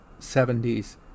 70s